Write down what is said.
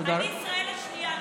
אני ישראל השנייה.